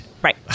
Right